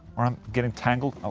or i'm getting tangled?